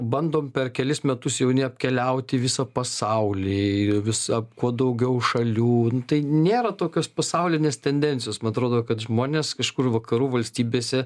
bandom per kelis metus jauni apkeliauti visą pasaulį visą kuo daugiau šalių nu tai nėra tokios pasaulinės tendencijos man atrodo kad žmonės kažkur vakarų valstybėse